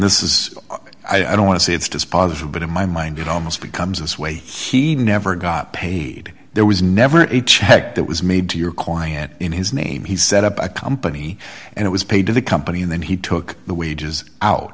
this is i don't want to see it's dispositive but in my mind it almost becomes this way he never got paid there was never a check that was made to your calling it in his name he set up a company and it was paid to the company and then he took the wages out